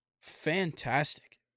fantastic